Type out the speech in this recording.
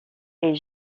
est